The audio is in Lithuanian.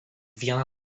vieną